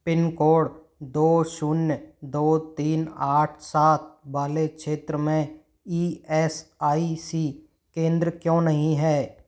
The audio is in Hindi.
पिन कोड दो शून्य दो तीन आठ सात वाले क्षेत्र में ई एस आई सी केंद्र क्यों नहीं है